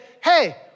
hey